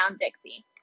Dixie